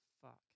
fuck